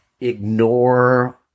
ignore